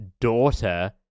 daughter